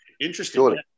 Interesting